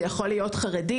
זה יכול להיות חרדי,